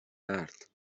درد